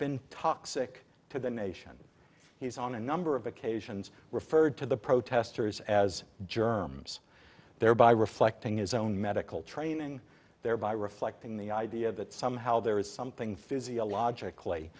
been toxic to the nation he's on a number of occasions referred to the protesters as germans thereby reflecting his own medical training thereby reflecting the idea that somehow there is something physiologically